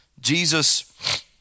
jesus